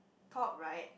top right